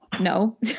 No